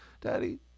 Daddy